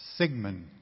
sigmund